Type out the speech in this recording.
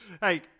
Hey